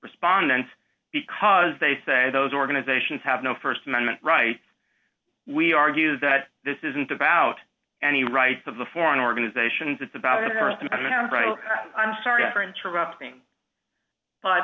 respondents because they say those organizations have no st amendment right we argue that this isn't about any rights of the foreign organizations it's about a st amendment right i'm sorry for interrupting but